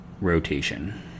rotation